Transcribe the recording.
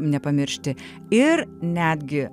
nepamiršti ir netgi